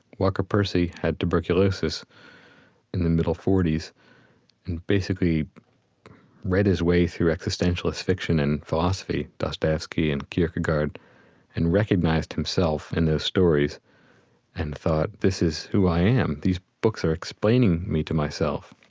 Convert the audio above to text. walker percy had tuberculosis in the middle forty s and basically read his way through existentialist fiction and philosophy. dostoevsky and kierkegaard and recognized himself in those stories and thought this is who i am. these books are explaining me to myself.